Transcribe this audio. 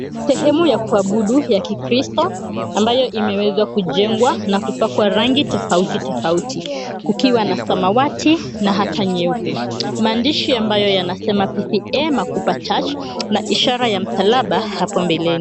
Sehemu ya kuabudu ya kikiristo ambayo imeweza kujengwa na kupakwa rangi tofauti tofauti. Kukiwa na samawati na hata nyeupe. Maandishi ambayo yanasema 'PPA Makupa Church' na ishara ya msalaba hapo mbeleni.